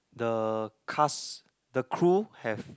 the cast the crew have